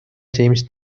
james